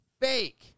Fake